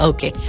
Okay